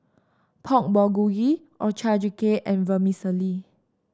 Pork Bulgogi Ochazuke and Vermicelli